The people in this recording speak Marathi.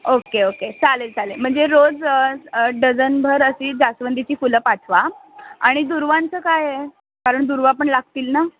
ओके ओके चालेल चालेल म्हणजे रोज डजनभर अशी जास्वंदीची फुलं पाठवा आणि दुर्वांचं काय आहे कारण दुर्वा पण लागतील ना